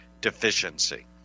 deficiency